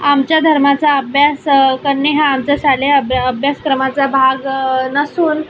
आमच्या धर्माचा अभ्यास करणे हा आमचा शालेय अभ्या अभ्यासक्रमाचा भाग नसून